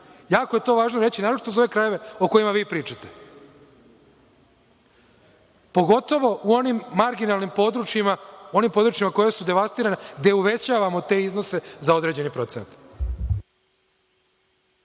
Jako je važno to reći, naročito za ove krajeve o kojima vi pričate. Pogotovo u onim marginalnim područjima, u onim područjima koja su devastirana, gde uvećavamo te iznose za određeni procenat.